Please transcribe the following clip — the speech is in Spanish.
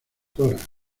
dra